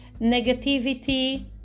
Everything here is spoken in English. negativity